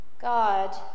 God